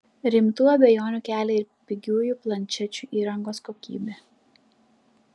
rimtų abejonių kelia ir pigiųjų planšečių įrangos kokybė